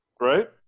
right